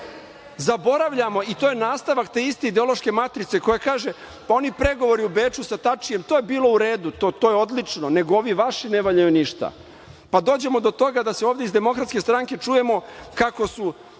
Zaboravljamo i to je nastavak te iste ideološke matrice koja kaže – oni pregovori u Beču sa Tačijem, to je bilo uredu, to je odlično, nego ovi vaši ne valjaju ništa. Pa dođemo do toga da ovde iz DS čujemo kako